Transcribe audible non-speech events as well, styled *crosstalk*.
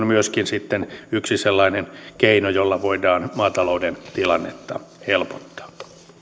*unintelligible* myöskin byrokratianpurku on yksi sellainen keino jolla voidaan maatalouden tilannetta helpottaa